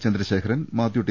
ചന്ദ്രശേഖ രൻ Mathew T